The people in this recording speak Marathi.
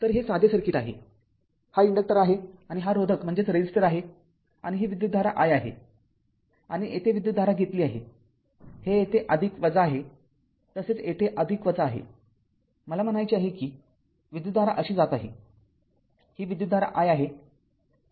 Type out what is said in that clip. तर हे साधे सर्किट आहे हा इन्डक्टर आहे आणि हा रोधक आहे आणि ही विद्युतधारा i आहे आणि येथे विद्युतधारा घेतली आहे हे येथे आहे तसेच येथे आहे मला म्हणायचे आहे कि विद्युतधारा अशी जात आहे ही विद्युतधारा i आहे